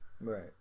Right